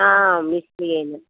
आं निश्चयेन